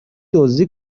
دزدی